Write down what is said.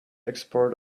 export